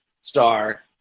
star